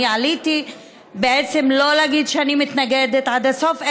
עליתי בעצם לא להגיד שאני מתנגדת עד הסוף,